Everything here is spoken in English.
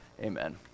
amen